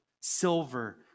silver